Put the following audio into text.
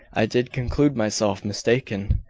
i did conclude myself mistaken.